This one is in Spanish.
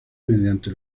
mediante